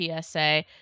PSA